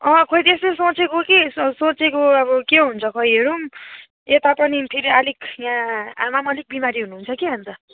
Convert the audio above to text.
अँ खै त्यस्तै सोँचेको कि सोँचेको अब के हुन्छ खै हेरौँ यता पनि फेरि अलिक यहाँ आमा पनि अलिक बिमारी हुनुहुन्छ कि अन्त